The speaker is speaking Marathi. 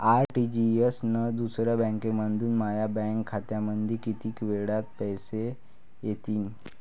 आर.टी.जी.एस न दुसऱ्या बँकेमंधून माया बँक खात्यामंधी कितीक वेळातं पैसे येतीनं?